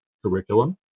curriculum